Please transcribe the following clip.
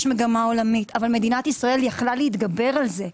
יש מגמה עולמית אבל מדינת ישראל יכלה להתגבר על זה.